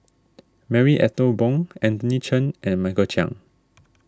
Marie Ethel Bong Anthony Chen and Michael Chiang